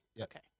okay